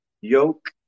yoke